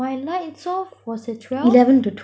my lights off was at twelve